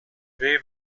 they